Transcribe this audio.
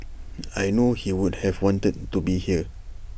I know he would have wanted to be here